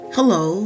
Hello